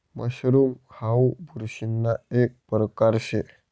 mushroom हाऊ बुरशीना एक परकार शे